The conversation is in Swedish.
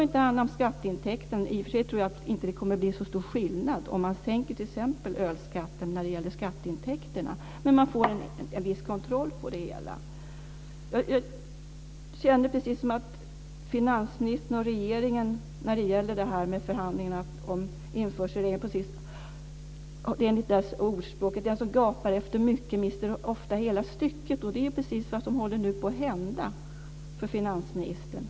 I och för sig tror jag inte att det kommer att bli så stor skillnad när det gäller skatteintäkterna om man t.ex. sänker ölskatten, men man får en viss kontroll på det hela. När det gäller förhandlingarna om införselreglerna kommer jag att tänka på ordspråket: Den som gapar efter mycket mister ofta hela stycket. Det är precis vad som nu håller på att hända finansministern.